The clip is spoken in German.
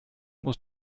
muss